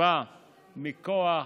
לקצבה מכוח